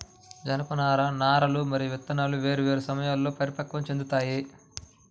జనపనార నారలు మరియు విత్తనాలు వేర్వేరు సమయాల్లో పరిపక్వం చెందుతాయి